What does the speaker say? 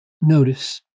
Notice